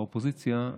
באופוזיציה,